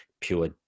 pure